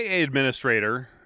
administrator